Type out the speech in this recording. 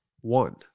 one